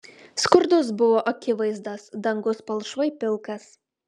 skurdus buvo akivaizdas dangus palšvai pilkas